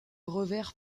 revers